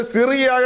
Syria